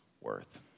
worth